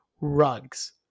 rugs